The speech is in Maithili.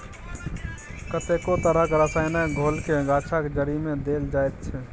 कतेको तरहक रसायनक घोलकेँ गाछक जड़िमे देल जाइत छै